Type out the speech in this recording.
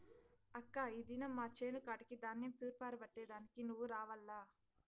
అక్కా ఈ దినం మా చేను కాడికి ధాన్యం తూర్పారబట్టే దానికి నువ్వు రావాల్ల